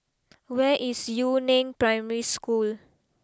where is Yu Neng Primary School